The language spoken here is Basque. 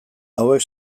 hauek